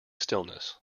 stillness